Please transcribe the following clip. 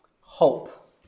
hope